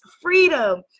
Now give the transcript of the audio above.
Freedom